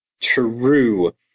True